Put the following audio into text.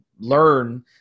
learn